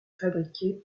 fabriqué